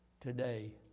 today